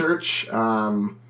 church